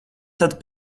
tad